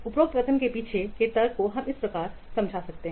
उपरोक्त कथन के पीछे के तर्क को इस प्रकार समझाया गया है